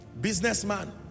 Businessman